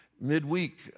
midweek